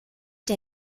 der